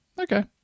Okay